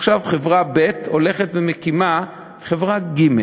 עכשיו חברה ב' הולכת ומקימה חברה ג'.